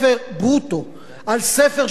על ספר שלו שנמכר במבצע,